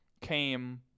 came